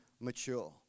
mature